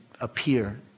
appear